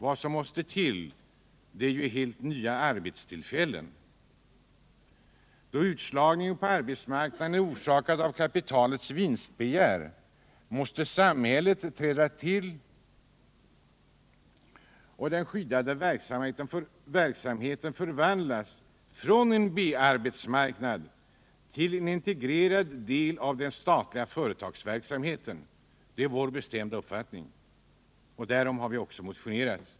Vad som måste till är helt nya arbetstillfällen. Då utslagningen på arbetsmarknaden är orsakad av kapitalets vinstbegär, måste samhället träda till och den skyddade verksamheten förvandlas från en B-arbetsmarknad till en integrerad del av den statliga företagsamheten. Det är vår bestämda uppfattning, och därom har vi också motionerat.